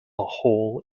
hole